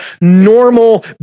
normal